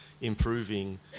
improving